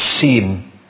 seem